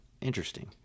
interesting